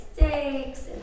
mistakes